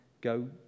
go